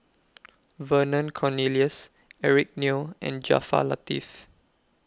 Vernon Cornelius Eric Neo and Jaafar Latiff